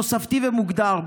תוספתי ומוגדר.